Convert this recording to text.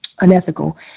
unethical